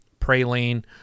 praline